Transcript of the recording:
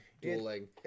dueling